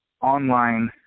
online